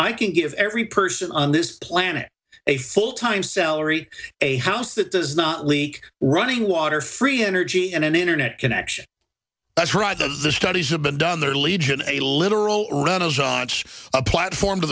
i can give every person on this planet a full time salary a house that does not leak running water free energy and an internet connection that's right of the studies have been done there are legion a literal renaissance a platform to